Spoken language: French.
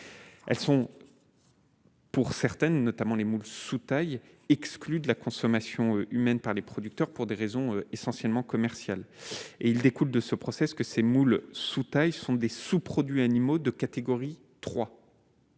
elles sont. Pour certaines, notamment les moules sous taille, exclu de la consommation humaine par les producteurs pour des raisons essentiellement commerciales et il découle de ce procès, ce que ces moules sous taille, ce sont des sous-produits animaux de catégorie 3.